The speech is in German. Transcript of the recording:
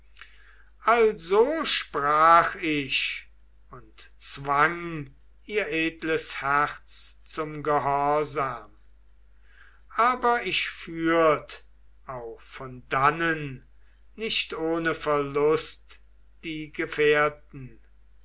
also sprach ich und zwang ihr edles herz zum gehorsam aber ich führt auch von dannen nicht ohne verlust die gefährten